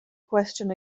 question